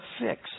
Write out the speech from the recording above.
fix